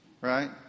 right